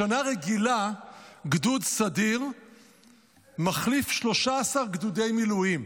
בשנה רגילה גדוד סדיר מחליף 13 גדודי מילואים.